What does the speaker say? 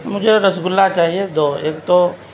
مجھے رسگلہ چاہیے دو ایک تو